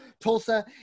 Tulsa